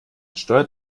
steuert